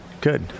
Good